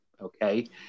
Okay